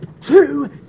two